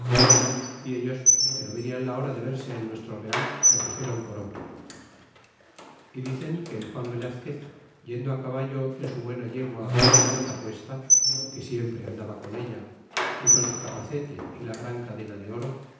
y ellos que no veian la hora de verse en nuestro real lo pusiéron por obra e dicen que el juan velazquez yendo caballo en su buena yegua y cota puesta que siempre andaba con ella y con su capacete y gran cadena de oro